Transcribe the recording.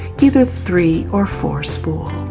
either three or four spool.